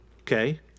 okay